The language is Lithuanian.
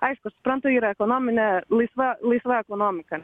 aišku suprantu yra ekonominė laisva laisva ekonomika